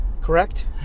correct